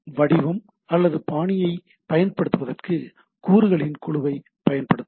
வடிவம் அல்லது பாணியைப் பயன்படுத்துவதற்கு கூறுகளின் குழுவைப் பயன்படுத்தவும்